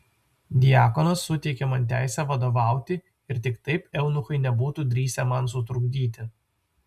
diakonas suteikė man teisę vadovauti ir tik taip eunuchai nebūtų drįsę man sutrukdyti